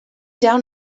down